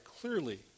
clearly